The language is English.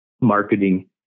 marketing